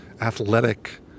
athletic